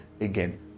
again